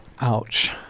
Ouch